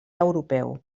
europeu